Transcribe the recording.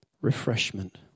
refreshment